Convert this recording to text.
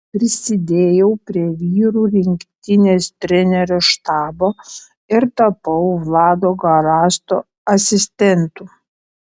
prisidėjau prie vyrų rinktinės trenerių štabo ir tapau vlado garasto asistentu